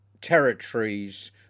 territories